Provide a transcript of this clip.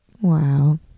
Wow